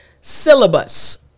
syllabus